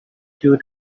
due